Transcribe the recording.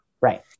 Right